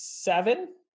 seven